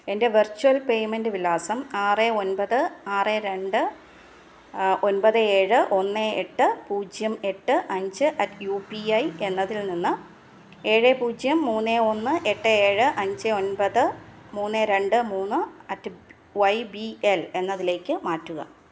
എൻ്റെ virtual payment വിലാസം ആറ് ഒൻപത് ആറ് രണ്ട് ഒൻപത് ഏഴ് ഒന്ന് എട്ട് പൂജ്യം എട്ട് അഞ്ച് അറ്റ് യു പി ഐ എന്നതിൽ നിന്ന് ഏഴ് പൂജ്യം മൂന്ന് ഒന്ന് എട്ട് ഏഴ് അഞ്ച് ഒൻപത് മൂന്ന് രണ്ട് മൂന്ന് അറ്റ് വൈ ബി എൽ എന്നതിലേക്ക് മാറ്റുക